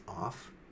off